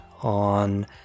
on